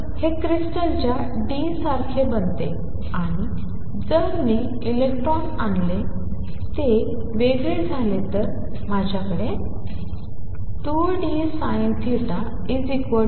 तर हे क्रिस्टलच्या d सारखे बनते आणि जर मी इलेक्ट्रॉन आणले आणि ते वेगळे झाले तर माझ्याकडे 2 d sinθelectrons